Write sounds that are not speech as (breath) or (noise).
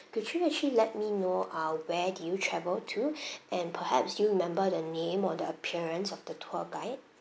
could you actually let me know ah where did you travel to (breath) and perhaps do you remember the name or the appearance of the tour guide